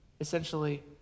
Essentially